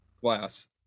glass